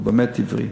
הוא באמת הבריא.